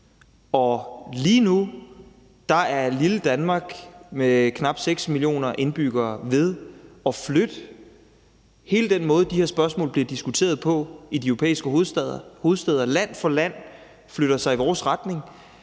og lige nu er lille Danmark med knap 6 millioner indbyggere ved at flytte hele den måde, de her spørgsmål bliver diskuteret på i de europæiske hovedstæder. Land for land flytter sig i vores retning,